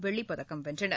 வெள்ளிப்பதக்கம் வென்றனர்